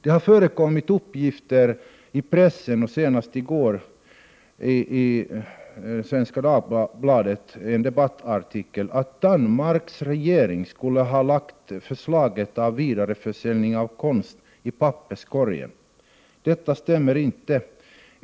Det har förekommit uppgifter i pressen, senast i går i en debattartikel i Svenska Dagbladet, om att Danmark skulle ha lagt förslaget om vidareförsäljning av konst i papperskorgen. Detta stämmer inte!